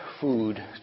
food